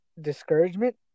discouragement